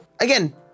Again